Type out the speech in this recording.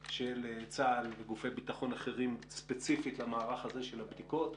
של צה"ל וגופי ביטחון אחרים ספציפית למערך הזה של הבדיקות.